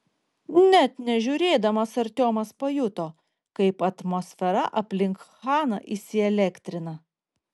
net nežiūrėdamas artiomas pajuto kaip atmosfera aplink chaną įsielektrina